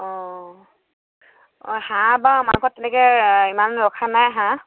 অঁ অঁ অঁ হাঁহ বাৰু আমাৰ ঘৰত তেনেকৈ ইমান ৰখা নাই হাঁহ